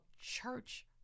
church